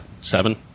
seven